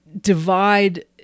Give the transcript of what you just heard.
divide